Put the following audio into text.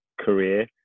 career